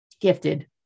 gifted